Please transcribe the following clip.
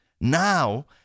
Now